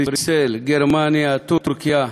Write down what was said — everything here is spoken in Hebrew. בריסל, גרמניה, טורקיה.